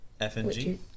FNG